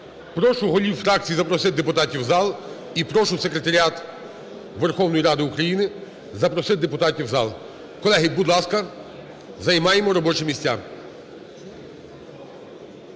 прошу голів фракцій запросити депутатів у зал і прошу Секретаріат Верховної Ради України запросити депутатів у зал. Колеги, будь ласка, займаємо робочі місця.